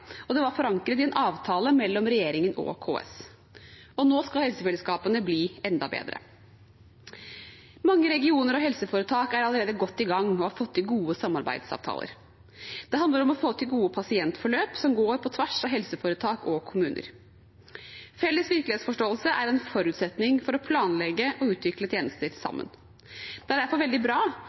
og det var forankret i en avtale mellom regjeringen og KS. Og nå skal helsefellesskapene bli enda bedre. Mange regioner og helseforetak er allerede godt i gang og har fått til gode samarbeidsavtaler. Det handler om å få til gode pasientforløp som går på tvers av helseforetak og kommuner. Felles virkelighetsforståelse er en forutsetning for å planlegge og utvikle tjenester sammen. Det er derfor veldig bra